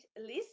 list